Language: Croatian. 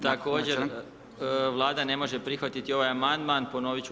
Također vlada ne može prihvatiti ovaj amandman, ponoviti ću